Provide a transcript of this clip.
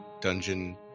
Dungeon